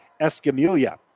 Escamilla